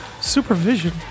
supervision